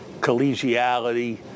collegiality